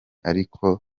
ariko